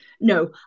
No